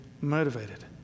motivated